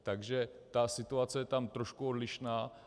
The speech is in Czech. Takže situace je tam trošku odlišná.